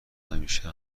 همیشه